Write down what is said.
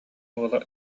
уола